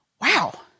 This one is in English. wow